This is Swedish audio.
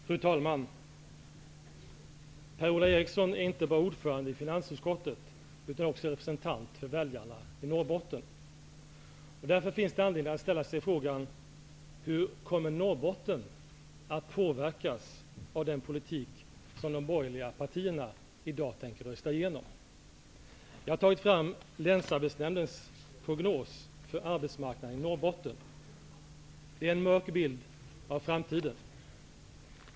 Fru talman! Per-Ola Eriksson är inte bara ordförande i finansutskottet, utan också representant för väljarna i Norrbotten. Därför finns det anledning att ställa frågan: Hur kommer Norrbotten att påverkas av den politik som de borgerliga partierna tänker rösta igenom i dag? Jag har tittat på länsarbetsnämndens prognos för arbetsmarknaden i Norrbotten. Det är en mörk bild av framtiden.